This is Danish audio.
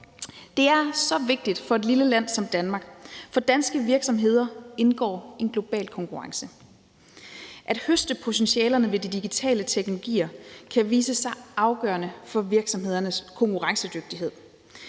Det er så vigtigt for et lille land som Danmark, for danske virksomheder indgår i en global konkurrence. At høste potentialerne ved de digitale teknologier kan vise sig afgørende for virksomhedernes konkurrencedygtighed.